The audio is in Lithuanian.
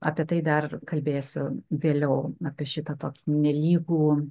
apie tai dar kalbėsiu vėliau apie šitą tokį nelygų